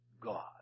God